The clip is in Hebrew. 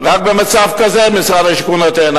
רק במצב כזה משרד השיכון נותן.